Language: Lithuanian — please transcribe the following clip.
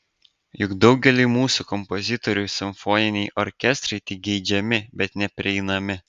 juk daugeliui mūsų kompozitorių simfoniniai orkestrai tik geidžiami bet neprieinami